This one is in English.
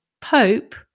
Pope